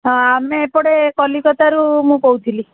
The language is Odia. ହଁ ଆମେ ଏପଟେ କଲିକତାରୁ ମୁଁ କହୁଥିଲି